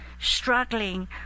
struggling